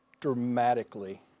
dramatically